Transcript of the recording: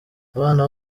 abana